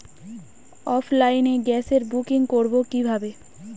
অফলাইনে গ্যাসের বুকিং করব কিভাবে?